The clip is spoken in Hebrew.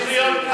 תמשיך להיות ככה.